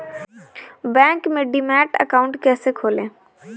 Bank में demat account कैसे खोलें?